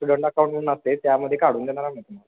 student account लागतं आहे त्यामध्ये काढून देणार आम्ही तुम्हाला